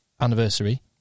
anniversary